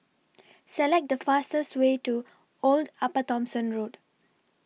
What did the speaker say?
Select The fastest Way to Old Upper Thomson Road